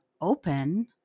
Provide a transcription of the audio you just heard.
open